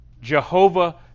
Jehovah